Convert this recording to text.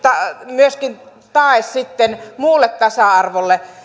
myöskin tae sitten muulle tasa arvolle